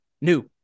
New